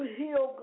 heal